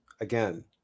again